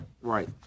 Right